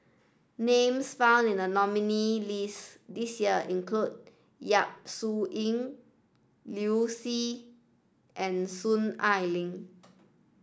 names found in the nominees' list this year include Yap Su Yin Liu Si and Soon Ai Ling